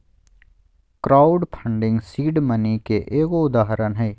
crowd funding seed money के एगो उदाहरण हय